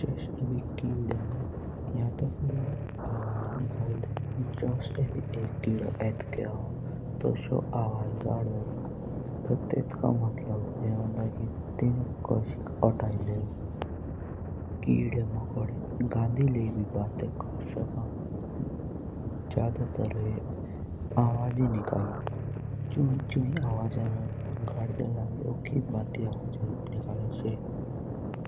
जुस एबी किड़े होन या तो से आवाजो गड़ दे जुस एभी एक किड़ो एटके होन तो सो एभी आवाज गड़लो तो तेत्का मतलब ये होलो कि तिने कोशिक ओताइ लो। से आप्स मुञ्ज आवाजो लेइ बात रोन कोरदे लागी